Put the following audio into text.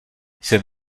jsem